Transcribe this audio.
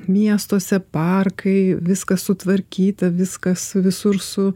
miestuose parkai viskas sutvarkyta viskas visur su